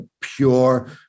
pure